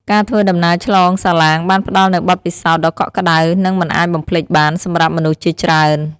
ការធ្វើដំណើរឆ្លងសាឡាងបានផ្តល់នូវបទពិសោធន៍ដ៏កក់ក្តៅនិងមិនអាចបំភ្លេចបានសម្រាប់មនុស្សជាច្រើន។